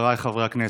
חבריי חברי הכנסת,